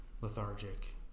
Lethargic